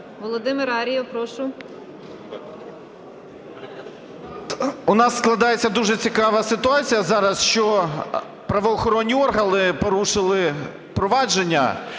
14:08:15 АР’ЄВ В.І. У нас складається дуже цікава ситуація зараз, що правоохоронні органи порушили провадження